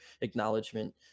acknowledgement